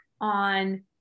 on